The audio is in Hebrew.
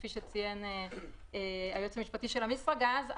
כפי שציין היועץ המשפטי של אמישראגז,